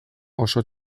oso